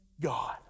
God